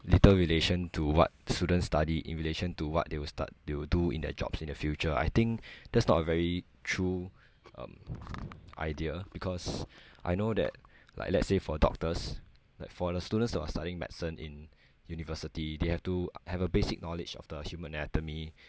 little relation to what students study in relation to what they will stu~ they will do in their jobs in the future I think that's not a very true um idea because I know that like let's say for doctors like for the students who are studying medicine in university they have to have a basic knowledge of the human anatomy